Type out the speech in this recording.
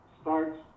starts